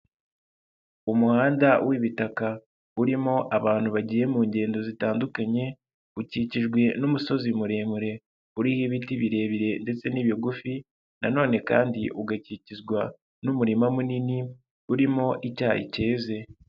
Umuhanda w'ibitaka urimo abantu bagiye mu ngendo zitandukanye, ukikijwe n'umusozi muremure uriho ibiti birebire ndetse n'ibigufi nanone kandi ugakikizwa n'umurima munini urimo icyayi cyeze.